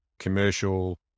commercial